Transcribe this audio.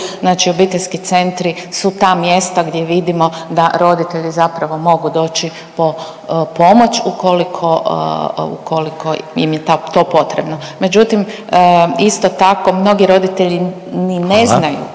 Znači, obiteljski centri su ta mjesta gdje vidimo da roditelji zapravo mogu doći po pomoć ukoliko im je to potrebno. Međutim, isto tako mnogi roditelji ni ne znaju